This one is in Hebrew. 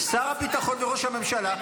שר הביטחון וראש הממשלה,